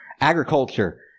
Agriculture